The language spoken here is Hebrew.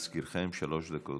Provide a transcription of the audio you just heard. להזכירכם, שלוש דקות.